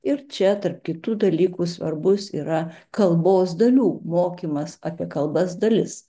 ir čia tarp kitų dalykų svarbus yra kalbos dalių mokymas apie kalbas dalis